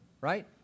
right